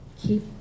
keep